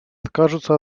откажутся